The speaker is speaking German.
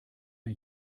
mir